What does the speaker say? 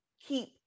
keep